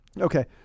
Okay